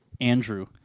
Andrew